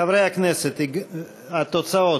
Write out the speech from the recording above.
חברי הכנסת, התוצאות: